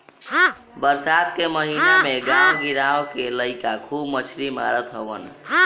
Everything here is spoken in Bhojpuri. बरसात के महिना में गांव गिरांव के लईका खूब मछरी मारत हवन